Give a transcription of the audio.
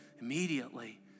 immediately